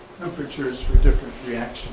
temperatures for different